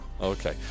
Okay